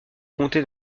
comté